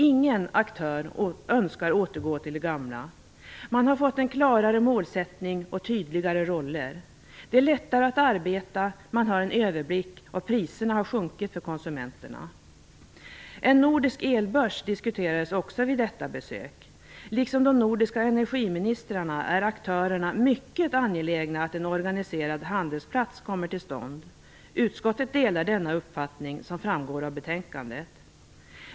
Ingen aktör önskar återgå till det gamla. Man har fått en klarare målsättning och tydligare roller. Det är lättare att arbeta. Man har en överblick, och priserna har sjunkit för konsumenterna. En nordisk elbörs diskuterades också vid detta besök. Liksom de nordiska energiministrarna är aktörerna mycket angelägna om att en organiserad handelsplats kommer till stånd. Utskottet delar denna uppfattning, vilket framgår av betänkandet.